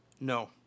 No